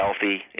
healthy